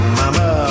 mama